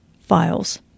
files